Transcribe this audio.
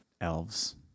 elves